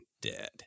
dead